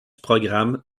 programme